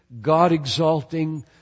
God-exalting